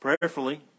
Prayerfully